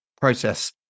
process